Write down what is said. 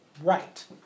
right